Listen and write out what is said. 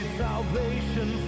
salvation